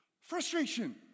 Frustration